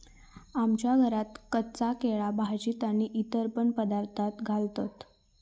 आमच्या घरात कच्चा केळा भाजीत आणि इतर पण पदार्थांत घालतत